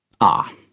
Ah